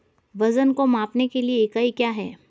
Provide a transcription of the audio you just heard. वजन को मापने के लिए इकाई क्या है?